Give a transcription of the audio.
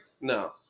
No